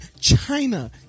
China